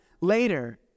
later